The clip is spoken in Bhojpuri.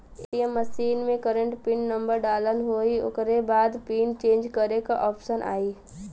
ए.टी.एम मशीन में करंट पिन नंबर डालना होई ओकरे बाद पिन चेंज करे क ऑप्शन आई